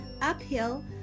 uphill